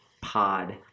pod